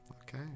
Okay